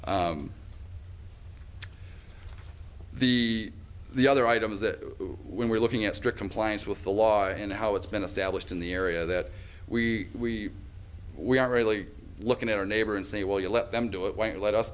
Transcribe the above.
the the other items that we were looking at strict compliance with the law and how it's been established in the area that we we are really looking at our neighbor and say well you let them do it when you let us